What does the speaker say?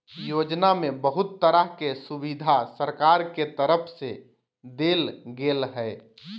योजना में बहुत तरह के सुविधा सरकार के तरफ से देल गेल हइ